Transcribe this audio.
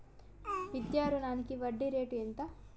విద్యా రుణాలకు వడ్డీ రేటు ఎంత?